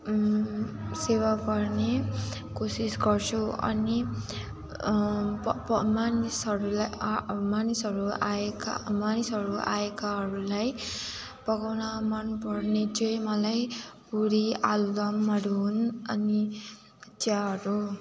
सेवा गर्ने कोसिस गर्छु अनि प प मानिसहरूलाई मानिसहरू आएका मानिसहरू आएकाहरूलाई पकाउन मनपर्ने चाहिँ मलाई पुरी आलुदमहरू हुन् अनि चियाहरू